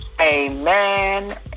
Amen